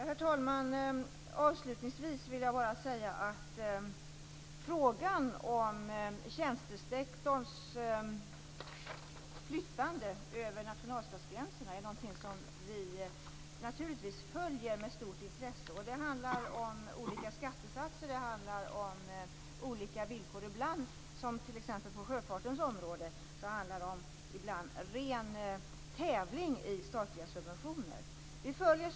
Herr talman! Avslutningsvis vill jag bara säga att frågan om tjänstesektorns flyttande över nationalstatsgränserna är någonting som vi naturligtvis följer med stort intresse. Det handlar om olika skattesatser och om olika villkor. T.ex. på sjöfartens område är det ibland fråga om ren tävling om statliga subventioner.